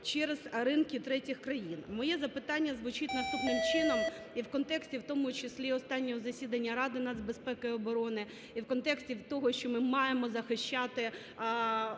через ринки третіх країн. Моє запитання звучить наступним чином, і в контексті в тому числі останнього засідання Ради нацбезпеки і оборони, і в контексті того, що ми маємо захищати